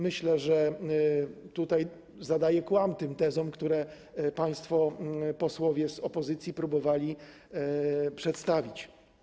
Myślę, że zadaje to kłam tym tezom, które państwo posłowie z opozycji próbowali przedstawić.